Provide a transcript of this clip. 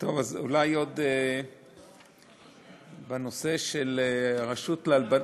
אולי עוד בנושא הרשות, אנחנו בעד.